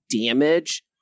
damage